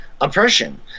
oppression